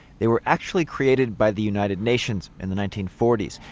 they were actually created by the united nations in the nineteen forty s,